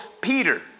Peter